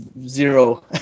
zero